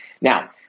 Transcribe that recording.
Now